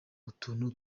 utuntu